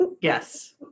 Yes